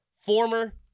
former